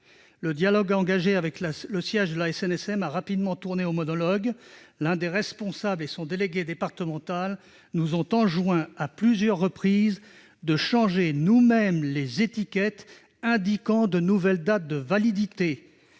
Le dialogue engagé avec le siège de la SNSM a rapidement tourné au monologue. L'un des responsables et son délégué départemental nous ont enjoints à plusieurs reprises de changer nous-mêmes les étiquettes pour indiquer de nouvelles dates de validité,